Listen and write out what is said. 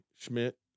Schmidt